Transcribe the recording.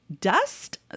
dust